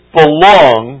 belong